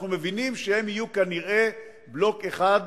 אנחנו מבינים שהם יהיו כנראה בלוק אחד